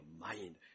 mind